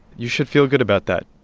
you should feel good about that